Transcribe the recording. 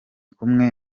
kumwe